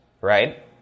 right